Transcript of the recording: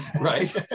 right